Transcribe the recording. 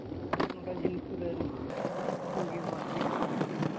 ᱡᱷᱤᱱᱯᱩᱨ ᱨᱮᱱ ᱢᱟᱹᱡᱷᱤ ᱵᱟᱵᱟ ᱠᱟᱹᱱᱟᱹᱧ